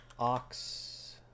Ox